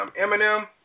Eminem